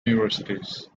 universities